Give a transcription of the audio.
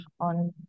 on